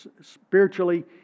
spiritually